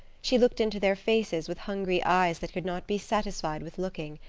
she looked into their faces with hungry eyes that could not be satisfied with looking.